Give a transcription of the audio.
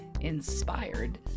Inspired